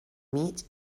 mig